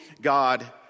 God